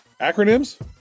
acronyms